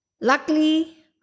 Luckily